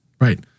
Right